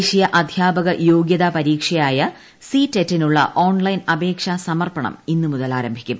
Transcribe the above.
ദേശീയ അദ്ധ്യാപക യോഗൃതാ പരീക്ഷയായ സി ടെറ്റിനുള്ള ഓൺലൈൻ അപേക്ഷാസമർപ്പണം ഇന്ന് മുതൽ ആരംഭിക്കും